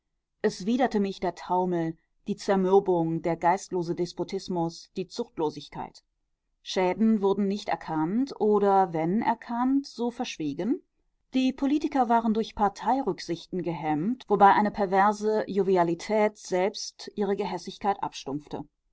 es widerte mich der taumel die zermürbung der geistlose despotismus die zuchtlosigkeit schäden wurden nicht erkannt oder wenn erkannt so verschwiegen die politiker waren durch parteirücksichten gehemmt wobei eine perverse jovialität selbst ihre gehässigkeit abstumpfte